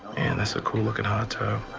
that's a cool looking hot